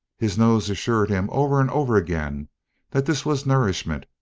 his nose assured him over and over again that this was nourishment,